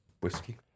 whiskey